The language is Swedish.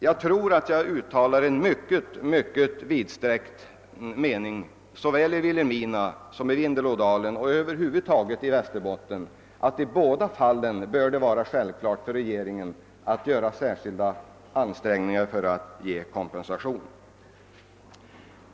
Jag tror att jag gör mig till talesman för en mycket utbredd mening såväl i Vilhelmina som i Vindelådalen och i Västerbottens län över huvud taget om jag säger, att det i båda fallen bör vara självklart att särskilda ansträngningar görs av regeringen för att ge kompensation.